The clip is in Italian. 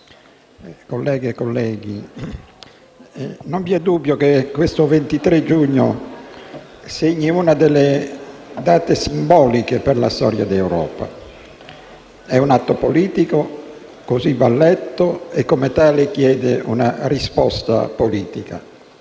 del Governo, non vi è dubbio che il 23 giugno segni una data simbolica per la storia d'Europa; è un atto politico, così va letto, e come tale chiede una risposta politica.